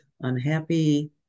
unhappy